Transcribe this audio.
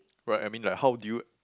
right I mean like how do you